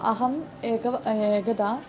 अहम् एकम् एकदा